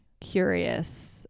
curious